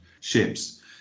ships